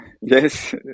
Yes